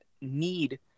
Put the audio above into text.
need